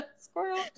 Squirrel